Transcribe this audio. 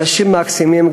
אנשים מקסימים,